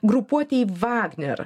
grupuotei vagner